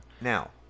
Now